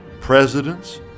presidents